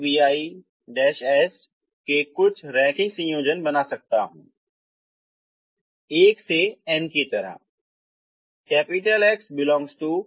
मैं उन्हें इन vi 's के कुछ रैखिक संयोजन बना सकते हैं 1 से n की तरह